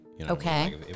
Okay